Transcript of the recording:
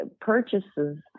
purchases